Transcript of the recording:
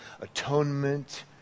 atonement